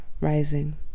rising